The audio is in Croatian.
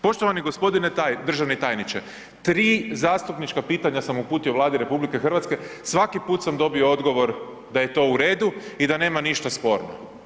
Poštovani g. državni tajniče, 3 zastupnička pitanja sam uputio Vladi RH, svaki put sam dobio odgovor da je to u redu i da nema ništa sporno.